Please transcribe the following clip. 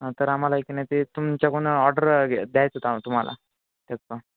हां तर आम्हाला एक की नाही ते तुमच्याकडून ऑर्डर घ्या द्यायचं होतं तुम्हाला त्याचं